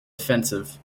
offensive